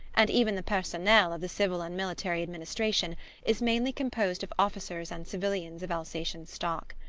and even the personnel of the civil and military administration is mainly composed of officers and civilians of alsatian stock.